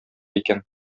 икән